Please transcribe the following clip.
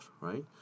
right